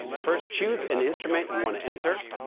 first, choose an instrument you want to enter